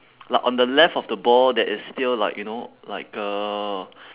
like on the left of the ball there is still like you know like uh